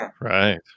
right